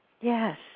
Yes